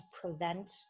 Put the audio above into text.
prevent